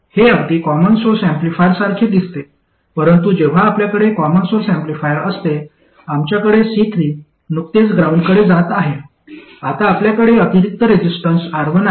हे अगदी common source ऍम्प्लिफायरसारखे दिसते परंतु जेव्हा आपल्याकडे कॉमन सोर्स ऍम्प्लिफायर असते आमच्याकडे C3 नुकतेच ग्राउंडकडे जात आहे आता आपल्याकडे अतिरिक्त रेसिस्टन्स R1 आहे